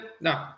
no